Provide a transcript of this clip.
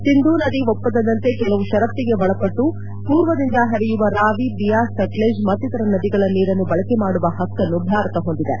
ಸಿಂಧೂ ನದಿ ಒಪ್ಸಂದದಂತೆ ಕೆಲವು ಷರತ್ನಿಗೆ ಒಳಪಟ್ಟು ಪೂರ್ವದಿಂದ ಹರಿಯುವ ರಾವಿ ಬಿಯಾಸ್ ಸಣ್ಣಜ್ ಮತ್ತಿತರ ನದಿಗಳ ನೀರನ್ನು ಬಳಕೆ ಮಾಡುವ ಹಕ್ಕನ್ನು ಭಾರತ ಹೊಂದಿದೆ